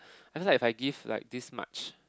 after like I give like this much